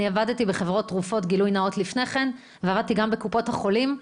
אני עבדתי בחברות תרופות לפני כן ועבדתי גם בקופות החולים.